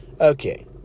Okay